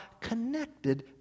connected